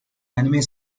anime